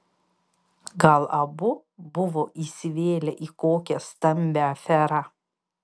gal abu buvo įsivėlę į kokią stambią aferą